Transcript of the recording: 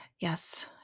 Yes